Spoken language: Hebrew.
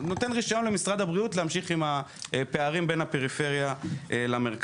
נותן רישיון למשרד הבריאות להמשיך עם הפערים בין הפריפריה למרכז.